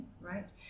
right